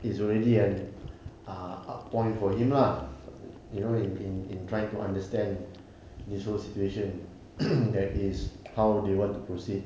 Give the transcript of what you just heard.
is already an uh up point for him lah you know in in in trying to understand this whole situation that is how they want to proceed